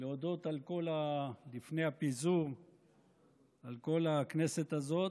להודות לפני הפיזור על כל הכנסת הזאת.